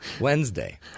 Wednesday